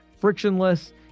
frictionless